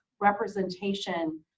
representation